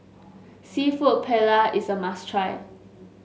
seafood Paella is a must try